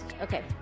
Okay